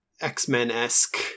X-Men-esque